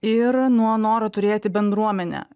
ir nuo noro turėti bendruomenę